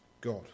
God